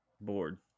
bored